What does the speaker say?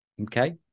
Okay